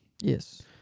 Yes